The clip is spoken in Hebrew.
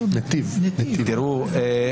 תראו,